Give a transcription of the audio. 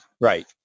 Right